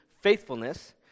faithfulness